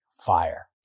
Fire